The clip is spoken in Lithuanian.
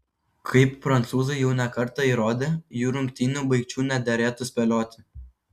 kaip prancūzai jau ne kartą įrodė jų rungtynių baigčių nederėtų spėlioti